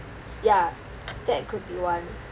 ya that could be one